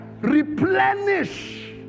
Replenish